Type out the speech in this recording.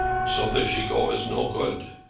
so the gigot is no good,